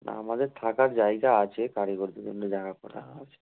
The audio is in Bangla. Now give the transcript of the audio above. না আমাদের থাকার জায়গা আছে কারিগরদের জন্য জায়গা করা আছে